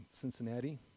Cincinnati